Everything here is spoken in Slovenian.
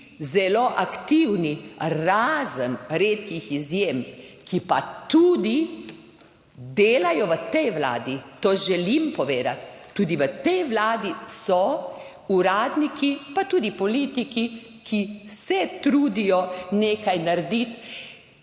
zelo aktivni, razen redkih izjem, ki pa tudi delajo v tej vladi, to želim povedati, tudi v tej Vladi so uradniki pa tudi politiki, ki se trudijo nekaj narediti,